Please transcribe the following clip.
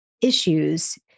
issues